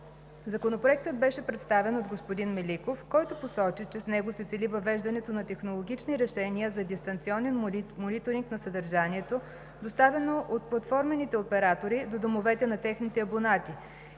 Законопроектът беше представен от господин Меликов, който посочи, че с него се цели въвеждането на технологични решения за дистанционен мониторинг на съдържанието, доставяно от платформените оператори до домовете на техните абонати,